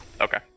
Okay